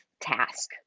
task